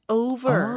over